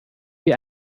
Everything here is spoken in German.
wir